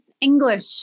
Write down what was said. English